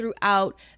throughout